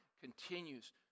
continues